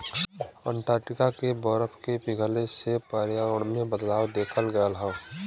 Antarctica के बरफ के पिघले से पर्यावरण में बदलाव देखल गयल हौ